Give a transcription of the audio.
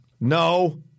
No